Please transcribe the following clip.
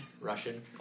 Russian